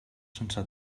sense